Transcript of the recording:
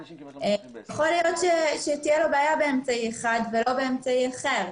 יכול להיות שתהיה לו בעיה באמצעי אחד ולא באמצעי אחר.